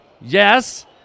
Yes